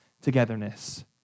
togetherness